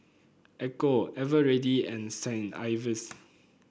Ecco Eveready and Saint Ives